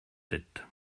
tête